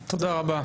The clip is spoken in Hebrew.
תדע,